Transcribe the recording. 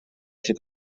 sydd